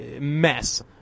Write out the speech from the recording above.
mess